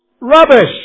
Rubbish